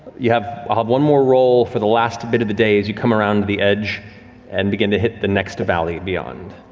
you have ah have one more roll for the last bit of the day as you come around the edge and begin to hit the next valley beyond.